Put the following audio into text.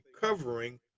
covering